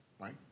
right